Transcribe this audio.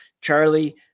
Charlie